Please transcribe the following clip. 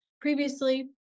Previously